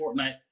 Fortnite